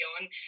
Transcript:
on